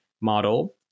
model